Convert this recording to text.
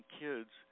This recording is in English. kids